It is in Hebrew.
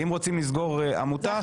אם רוצים לסגור עמותה,